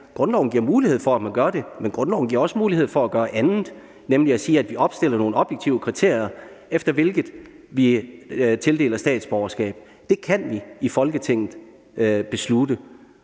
Grundloven giver mulighed for, at man gør det, men grundloven giver også mulighed for at gøre andet, nemlig at sige, at vi opstiller nogle objektive kriterier, efter hvilke vi tildeler statsborgerskab. Det kan vi i Folketinget beslutte.